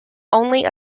only